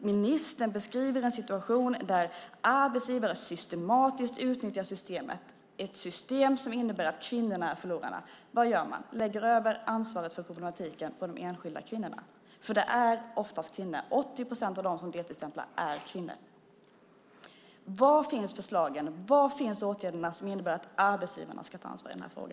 Ministern beskriver en situation där arbetsgivare systematiskt utnyttjar systemet, ett system som innebär att kvinnorna är förlorarna. Vad gör man? Man lägger över ansvaret för problematiken på de enskilda kvinnorna. Det är nämligen oftast kvinnor. 80 procent av dem som deltidsstämplar är kvinnor. Var finns förslagen? Var finns de åtgärder som innebär att arbetsgivarna ska ta ansvar i denna fråga?